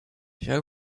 show